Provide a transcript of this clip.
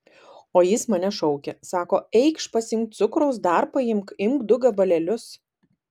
o jis mane šaukė sako eikš pasiimk cukraus dar paimk imk du gabalėlius